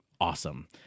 awesome